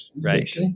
Right